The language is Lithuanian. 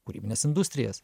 kūrybines industrijas